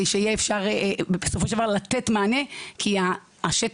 שיהיה אפשר בסופו של דבר לתת מענה כי השטח,